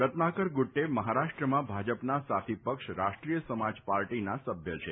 રત્નાકર ગુટ્ટે મફારાષ્ટ્રમાં ભાજપના સાથી પક્ષ રાષ્ટ્રીય સમાજ પાર્ટીના સભ્ય છે